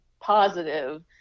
positive